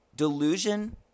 Delusion